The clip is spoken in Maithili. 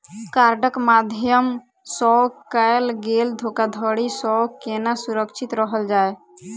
कार्डक माध्यम सँ कैल गेल धोखाधड़ी सँ केना सुरक्षित रहल जाए?